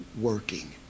working